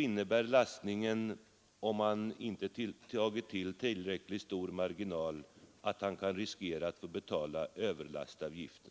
innebär lastningen om han ändock inte tagit tillräckligt stor marginal att han kan riskera att få betala överlastavgift.